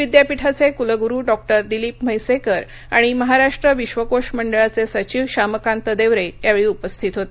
विद्यापीठाचे कुलगुरू डॉ दिलीप म्हैसेकर आणि महाराष्ट्र विश्वकोश मंडळाचे सचिव श्यामकांत देवरे यावेळी उपस्थित होते